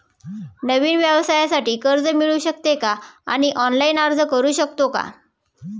नवीन व्यवसायासाठी कर्ज मिळू शकते का आणि ऑनलाइन अर्ज करू शकतो का?